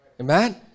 Amen